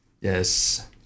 Yes